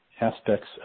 aspects